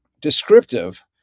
descriptive